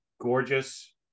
gorgeous